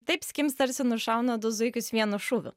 taip skims tarsi nušauna du zuikius vienu šūviu